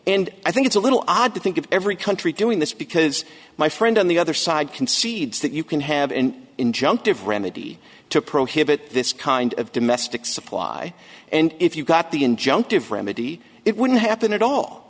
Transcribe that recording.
and i think it's a little odd to think of every country doing this because my friend on the other side concedes that you can have and injunctive remedy to prohibit this kind of domestic supply and if you've got the injunctive remedy it wouldn't happen at all